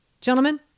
Gentlemen